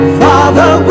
father